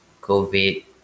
COVID